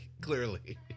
clearly